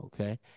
Okay